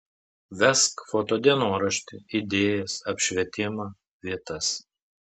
vesk foto dienoraštį idėjas apšvietimą vietas